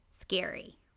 scary